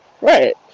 Right